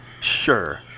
Sure